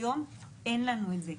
היום אין לנו את זה.